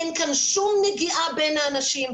אין כאן שום נגיעה בין האנשים,